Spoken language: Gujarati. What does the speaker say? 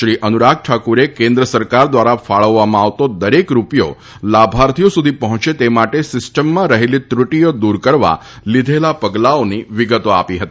શ્રી અનુરાગ ઠાકુરે કેન્દ્ર સરકાર દ્વારા ફાળવવામાં આવતો દરેક રૂપિયો લાભાર્થીઓ સુધી પહોંચે તે માટે સિસ્ટમમાં રહેલી ત્રૃટિઓ દૂર કરવા લીધેલા પગલાંઓની વિગતો આપી હતી